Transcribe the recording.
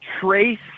trace